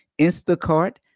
Instacart